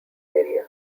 area